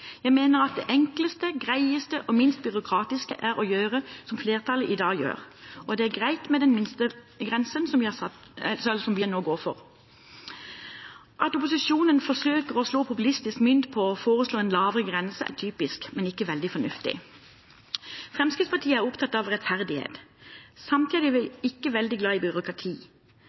Jeg mener at det enkleste, greieste og minst byråkratiske er å gjøre som flertallet i dag gjør, og det er greit med den minstegrensen som vi nå går for. At opposisjonen forsøker å slå populistisk mynt på å foreslå en lavere grense, er typisk, men ikke veldig fornuftig. Fremskrittspartiet er opptatt av rettferdighet. Samtidig